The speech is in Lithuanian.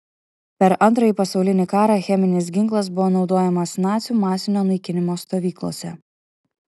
per antrąjį pasaulinį karą cheminis ginklas buvo naudojamas nacių masinio naikinimo stovyklose